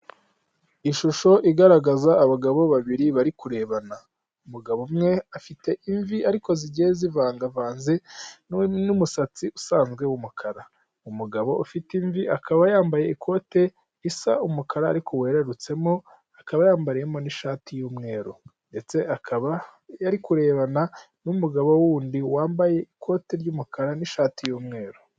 Ishusho igaragaza abagabo babiri bari kurebana. Umugabo umwe afite imvi ariko zigiye zivangavanze n'umusatsi usanzwe w'umukara. Umugabo ufite imvi akaba yambaye ikote risa umukara ariko werererutsemo akaba yambayemo n'ishati y'umweru, ndetse akaba ari kurebana n'umugabo wundi wambaye ikote ry'umukara n'ishati y'umweru.